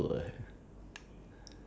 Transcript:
for me what I dreamt ah